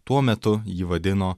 tuo metu jį vadino